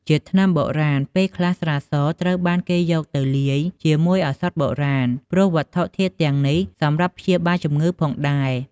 ជាថ្នាំបុរាណ ពេលខ្លះ ស្រាសត្រូវបានគេយកទៅលាយជាមួយឱសថបុរាណ ព្រោះវត្ថុធាតុទាំងនេះសម្រាប់ព្យាបាលជម្ងឺផងដែរ។